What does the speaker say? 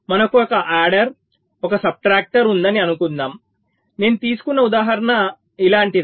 మనకు ఒక యాడెర్ ఒక సబ్ట్రాక్టర్ ఉందని అనుకుందాం నేను తీసుకున్న ఉదాహరణ అలాంటిదే